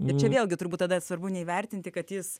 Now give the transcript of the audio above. ir čia vėlgi turbūt tada svarbu neįvertinti kad jis